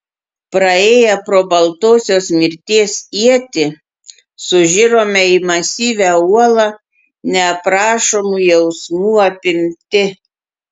praėję pro baltosios mirties ietį sužiurome į masyvią uolą neaprašomų jausmų apimti